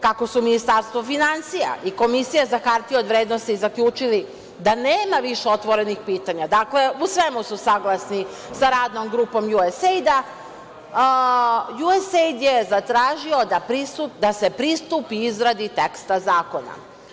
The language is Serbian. Kako su Ministarstvo finansija i Komisija za hartije od vrednosti zaključili da nema više otvorenih pitanja, dakle u svemu su saglasni sa Radnom grupom USAID, USAID je zatražio da se pristupi izradi teksta zakona.